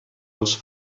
els